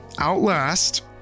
outlast